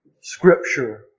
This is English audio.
Scripture